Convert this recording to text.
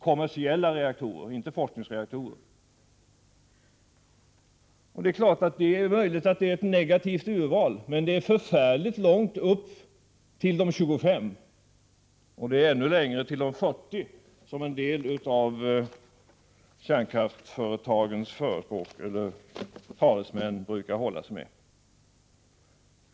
Det är klart att detta möjligen kan vara ett negativt urval, men det är förfärligt många år upp till 25 — och ännu fler upp till 40, den siffra som en del av kärnkraftsföretagens talesmän brukar hålla sig med.